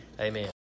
Amen